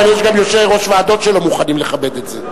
אבל יש גם יושבי-ראש ועדות שלא מוכנים לכבד את זה.